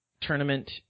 tournament